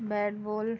bat ball